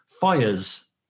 fires